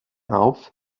auf